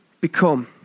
become